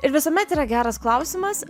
ir visuomet yra geras klausimas